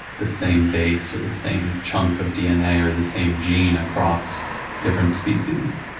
the same base, or the same chunk of dna, or the same gene across different species.